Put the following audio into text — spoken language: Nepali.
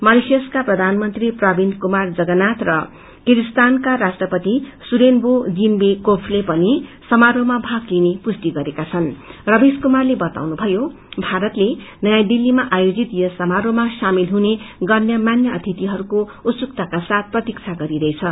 मरिसस का प्रधानमंत्री प्रविन्द कुमार जगनाथ र किर्गेज्स्तानका राष्ट्रपति सूरेनबो जिनवे कोेफले पनि सामारोहामा भाग लिने पुष्टि गरेका छन् रवीश कुमारले बताउनुभयो भारतले ननयाँ दिल्लीमा आयोजित समारोहमा सामेल हुने गण्यमान्य अतिथिहरूको उत्सुकताका साथ प्रतीक्षा गरिरहेछ